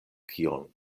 kion